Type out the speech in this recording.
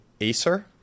Acer